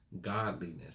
godliness